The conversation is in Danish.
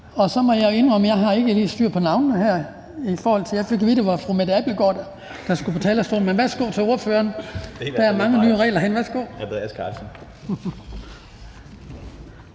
Og så må jeg indrømme, at jeg ikke har helt styr på navnene her – jeg fik at vide, at det var fru Mette Abildgaard, der skulle på talerstolen. Der er mange nye herinde,